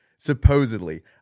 supposedly